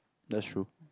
that's true